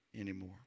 anymore